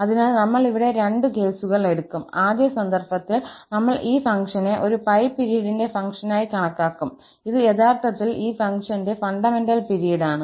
അതിനാൽ നമ്മൾ ഇവിടെ രണ്ട് കേസുകൾ എടുക്കും ആദ്യ സന്ദർഭത്തിൽ നമ്മൾ ഈ ഫംഗ്ഷനെ ഒരു 𝜋 പിരീഡിന്റെ ഫംഗ്ഷനായി കണക്കാക്കും ഇത് യഥാർത്ഥത്തിൽ ഈ ഫംഗ്ഷന്റെ ഫണ്ടമെന്റൽ പിരീഡാണ്